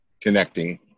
connecting